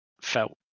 felt